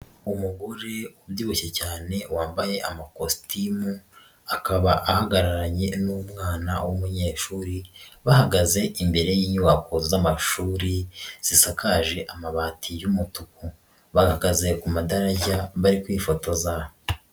Umugore ubyibushye cyane wambaye amakositimu, akaba ahagararanye n'umwana w'umunyeshuri, bahagaze imbere y'inyubako z'amashuri zisakaje amabati y'umutuku, bahagaze ku madarajya bari kwifotoza.